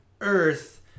earth